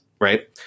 right